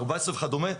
14 וכדומה,